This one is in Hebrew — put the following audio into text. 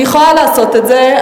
אני יכולה לעשות את זה.